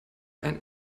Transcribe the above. ein